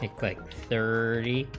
quick third